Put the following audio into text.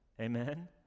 amen